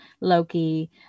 Loki